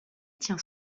tient